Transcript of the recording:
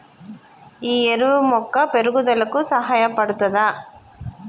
ఈ ఎరువు మొక్క పెరుగుదలకు సహాయపడుతదా?